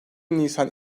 nisan